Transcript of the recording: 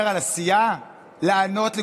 שיש בעיה עמוקה.